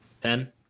Ten